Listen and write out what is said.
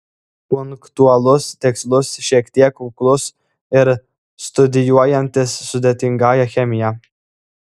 punktualus tikslus šiek tiek kuklus ir studijuojantis sudėtingąją chemiją